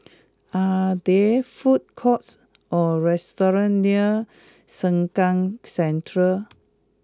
are there food courts or restaurants near Sengkang Central